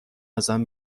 ازم